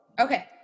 Okay